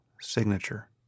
signature